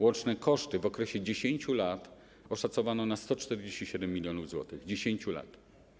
Łączne koszty w okresie 10 lat oszacowano na 147 mln zł - 10 lat.